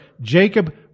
Jacob